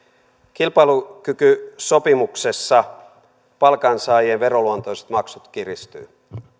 kilpailukykysopimuksessa palkansaajien veroluontoiset maksut kiristyvät